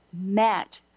met